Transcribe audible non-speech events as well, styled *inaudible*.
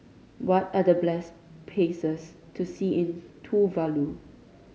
what are the *unintelligible* places to see in Tuvalu